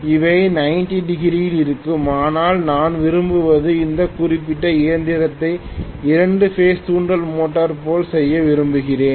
அவை 90 டிகிரி யில் இருக்கும் ஆனால் நான் விரும்புவது இந்த குறிப்பிட்ட இயந்திரத்தை இரண்டு பேஸ் தூண்டல் மோட்டார் போல செய்ய விரும்புகிறேன்